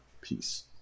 Peace